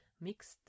mixed